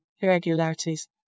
irregularities